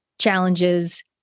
challenges